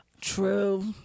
True